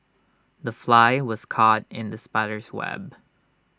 the fly was caught in the spider's web